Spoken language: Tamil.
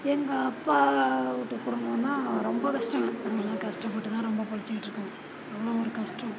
எங்கள் அப்பா வீட்டு குடும்பந்தான் ரொம்ப கஷ்டம் நாங்களெலாம் கஷ்டப்பட்டு தான் ரொம்ப பொழைச்சிட்ருக்கோம் அவ்வளோ ஒரு கஷ்டம்